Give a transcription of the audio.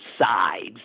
sides